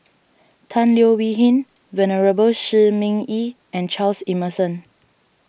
Tan Leo Wee Hin Venerable Shi Ming Yi and Charles Emmerson